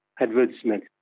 advertisement